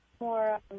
more